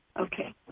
Okay